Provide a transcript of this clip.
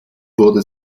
wurde